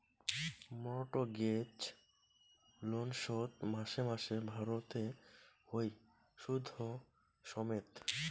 mortgage loan শোধ মাসে মাসে ভরতে হই শুধ সমেত